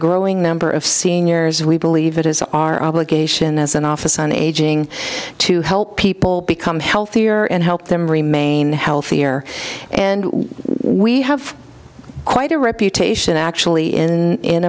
growing number of seniors we believe it is our obligation as an office on aging to help people become healthier and help them remain healthier and we have quite a reputation actually in